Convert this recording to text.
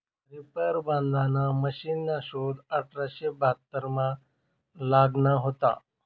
reaper बांधाना मशिनना शोध अठराशे बहात्तरमा लागना व्हता